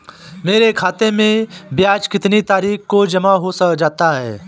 मेरे खाते में ब्याज कितनी तारीख को जमा हो जाता है?